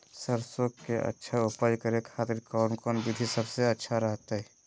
सरसों के अच्छा उपज करे खातिर कौन कौन विधि सबसे अच्छा रहतय?